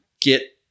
get